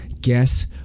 guess